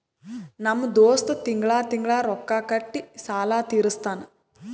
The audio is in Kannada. ನಮ್ ದೋಸ್ತ ತಿಂಗಳಾ ತಿಂಗಳಾ ರೊಕ್ಕಾ ಕೊಟ್ಟಿ ಸಾಲ ತೀರಸ್ತಾನ್